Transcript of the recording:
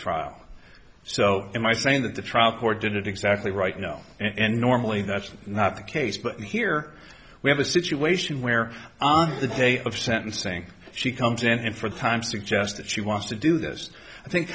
trial so am i saying that the trial court did it exactly right no and normally that's not the case but here we have a situation where on the day of sentencing she comes in and for time suggest that she wants to do this i think